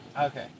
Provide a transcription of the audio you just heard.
okay